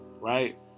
right